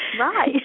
Right